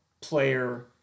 player